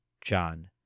John